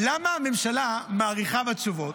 למה הממשלה מאריכה בתשובות?